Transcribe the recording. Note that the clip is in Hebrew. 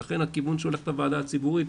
ולכן הכיוון שבו הולכת הוועדה הציבורית,